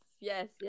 yes